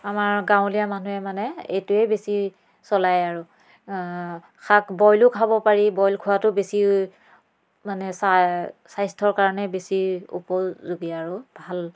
আমাৰ গাঁৱলীয়া মানুহে মানে এইটোৱে বেছি চলায় আৰু শাক বইলো খাব পাৰি বইল খোৱাটো বেছি মানে চা স্বাস্থ্যৰ কাৰণে বেছি উপযোগী আৰু ভাল